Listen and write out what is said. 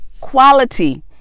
quality